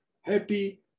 happy